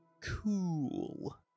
Cool